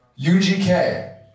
UGK